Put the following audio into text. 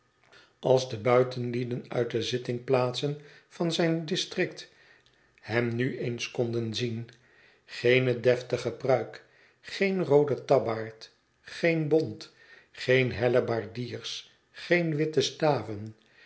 als de buitenlieden uit de zittingplaatsen van zijn district hem nu eens konden zien geene deftige pruik geen roode tabbaard geen bont geene hellebaardiers geen witte staven